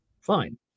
Fine